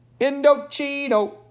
Indochino